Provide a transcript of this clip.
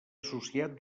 associat